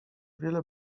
wiele